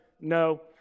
no